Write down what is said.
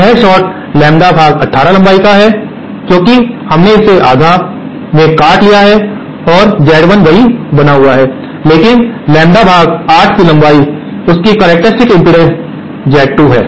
यह short lambda भाग 18 लम्बाई का है क्योंकि हमने इसे आधा में काट लिया है और Z1 वही बना हुआ है लेकिन लैम्ब्डा भाग 8 लम्बाई के कारण इसकी करक्टेरिस्टिक्स इम्पीडेन्स Z2 है